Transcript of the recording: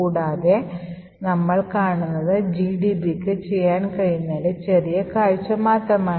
കൂടാതെ നമ്മൾ കാണുന്നത് gdb ക്ക് ചെയ്യാൻ കഴിയുന്നതിന്റെ ചെറിയ കാഴ്ച മാത്രമാണ്